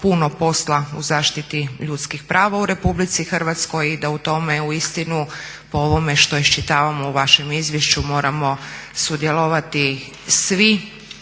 puno posla u zaštiti ljudskih prava u RH i da u tome uistinu po ovome što iščitavamo u vašem izvješću moramo sudjelovati svi